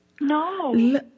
No